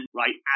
right